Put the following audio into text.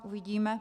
Uvidíme.